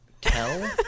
Tell